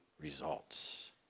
results